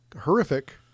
Horrific